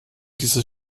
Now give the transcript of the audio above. dieses